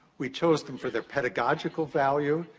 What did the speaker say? we chose them for their pedagogical value.